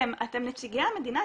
אתם נציגי המדינה,